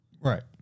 Right